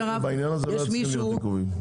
בעניין הזה לא היו צריכים להיות עיכובים.